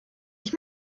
ich